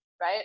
right